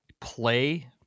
play